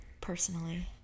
personally